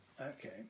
Okay